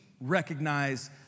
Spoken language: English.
recognize